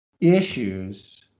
issues